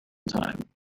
time